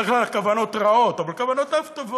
בדרך כלל הכוונות רעות, אבל כוונותיו טובות.